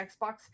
Xbox